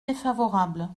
défavorable